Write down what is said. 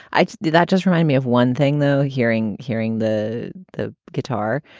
i did that just remind me of one thing, though. hearing, hearing the the guitar,